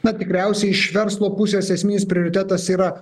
na tikriausiai iš verslo pusės esminis prioritetas yra